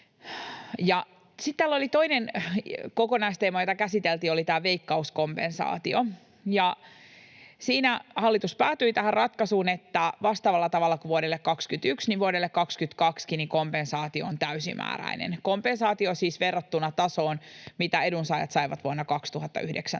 Sitten toinen kokonaisteema, jota käsiteltiin, oli tämä Veikkaus-kompensaatio. Siinä hallitus päätyi tähän ratkaisuun, että vastaavalla tavalla kuin vuodelle 21 vuodelle 22:kin kompensaatio on täysimääräinen, kompensaatio siis verrattuna tasoon, mitä edunsaajat saivat vuonna 2019.